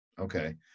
Okay